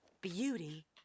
beauty